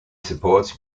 supports